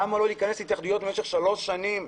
למה לא להיכנס להתייחדויות במשך שלוש שנים?